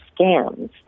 scams